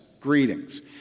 Greetings